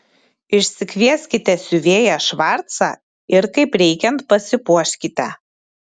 išsikvieskite siuvėją švarcą ir kaip reikiant pasipuoškite